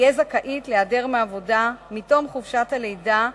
תהיה זכאית להיעדר מהעבודה, מתום חופשת הלידה,